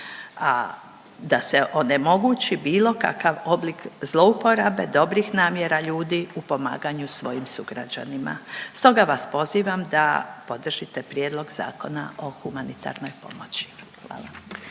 a da se ne omogući bilo kakav oblik zlouporabe dobrih namjera ljudi u pomaganju svojim sugrađanima. Stoga vas pozivam da podržite Prijedlog zakona o humanitarnoj pomoći. Hvala.